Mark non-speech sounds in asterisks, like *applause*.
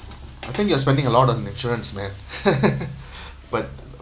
I think you are spending a lot on insurance man *laughs* *breath* but